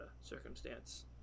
circumstance